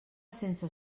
sense